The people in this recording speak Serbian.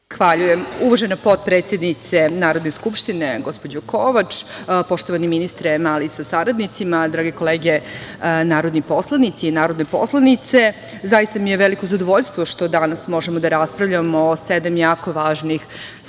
Zahvaljujem. Uvažena potpredsednice Narodne skupštine gospođo Kovač, poštovani ministre Mali, sa saradnicima, drage kolege narodni poslanici i narodne poslanice, zaista mi je veliko zadovoljstvo što danas možemo da raspravljamo o sedam jako važnih sporazuma